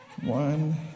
one